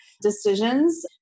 decisions